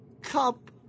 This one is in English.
cup